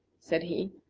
said he,